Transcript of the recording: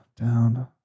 down